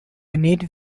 need